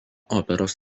operos